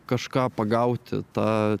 kažką pagauti tą